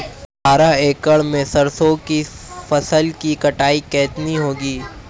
बारह एकड़ में सरसों की फसल की कटाई कितनी होगी?